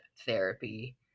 therapy